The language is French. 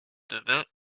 devint